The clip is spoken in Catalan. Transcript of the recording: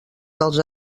dels